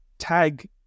tag